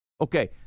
Okay